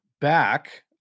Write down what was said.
back